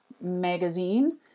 magazine